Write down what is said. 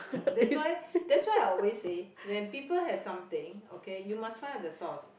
that's why that's why I always say when people have something okay you must find out the source